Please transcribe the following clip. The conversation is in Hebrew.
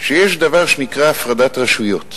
שיש דבר שנקרא "הפרדת רשויות",